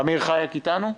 אמיר חייק איתנו?